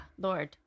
lord